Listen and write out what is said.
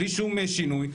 בלי שום שינוי,